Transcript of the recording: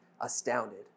astounded